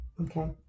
Okay